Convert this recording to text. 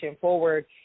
forward